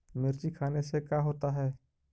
मिर्ची खाने से का होता है?